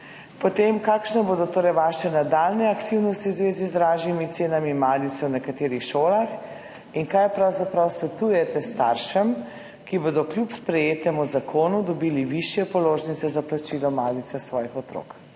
malice? Kakšne bodo torej vaše nadaljnje aktivnosti v zvezi z dražjimi cenami malice v nekaterih šolah? Kaj pravzaprav svetujete staršem, ki bodo kljub sprejetemu zakonu dobili višje položnice za plačilo malice svojih otrok?